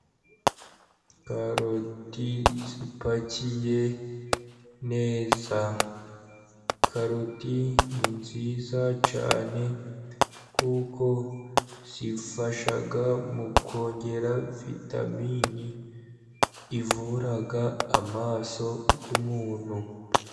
Karoti zipakiye neza. Karoti ni nziza cyane kuko zifasha mu kongera vitamini ivura amaso y' umuntu.